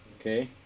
Okay